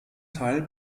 teil